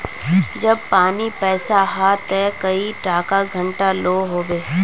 जब पानी पैसा हाँ ते कई टका घंटा लो होबे?